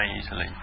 easily